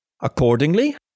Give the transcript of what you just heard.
Accordingly